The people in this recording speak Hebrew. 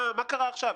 מה קרה עכשיו?